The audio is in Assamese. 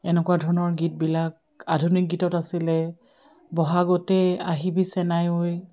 এনেকুৱা ধৰণৰ গীতবিলাক আধুনিক গীতত আছিলে বহাগতে আহিবি চেনাই ঐ